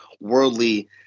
worldly